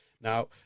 Now